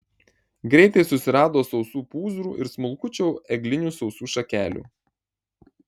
greitai susirado sausų pūzrų ir smulkučių eglinių sausų šakelių